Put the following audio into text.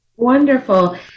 Wonderful